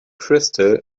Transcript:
crystal